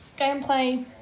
gameplay